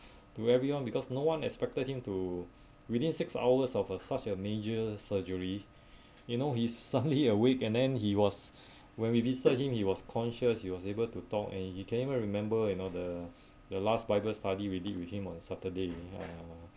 to everyone because no one expected him to within six hours of a such a major surgery you know he suddenly awake and then he was when we visited him he was conscious he was able to talk and he can even remember you know the the last bible study we did with him on saturday uh